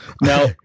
Now